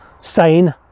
sane